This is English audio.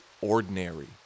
ordinary